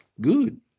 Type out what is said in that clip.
good